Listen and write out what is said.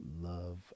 love